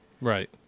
Right